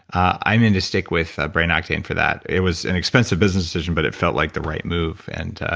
i mean to stick with brain octane for that. it was an expensive business decision, but it felt like the right move and